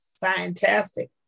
Fantastic